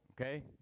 okay